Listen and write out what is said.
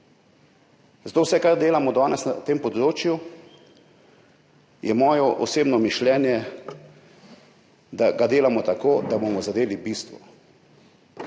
Zato je vse, kar delamo danes na tem področju, moje osebno mišljenje, da delamo tako, da zadenemo bistvo.